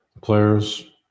players